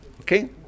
Okay